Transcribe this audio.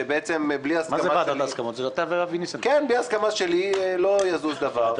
שבעצם בלי הסכמה שלי לא יזוז דבר,